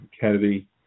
Kennedy